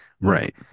Right